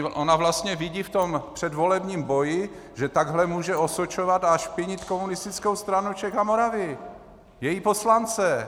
Ona vlastně vidí v tom předvolebním boji, že takhle může osočovat a špinit Komunistickou stranu Čech a Moravy, její poslance.